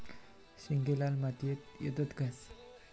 शेंगे लाल मातीयेत येतत काय?